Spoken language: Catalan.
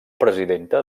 presidenta